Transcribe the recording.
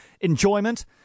Enjoyment